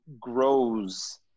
grows